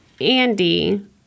Andy